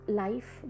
life